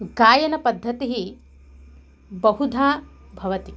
गायनपद्धतिः बहुधा भवति